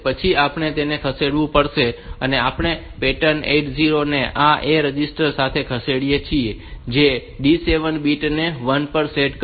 પછી આપણે તેને ખસેડવું પડશે અને આપણે પેટર્ન 8 0 ને આ A રજિસ્ટર માં ખસેડીએ છીએ જે તે D7 બીટ ને 1 પર સેટ કરશે